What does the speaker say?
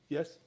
Yes